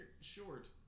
short